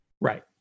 Right